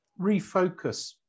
refocus